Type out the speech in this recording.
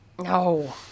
No